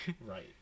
Right